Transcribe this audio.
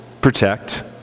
protect